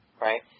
Right